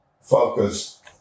focus